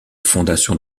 fondation